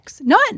None